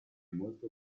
molto